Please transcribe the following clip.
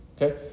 okay